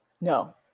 No